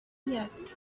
yes